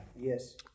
Yes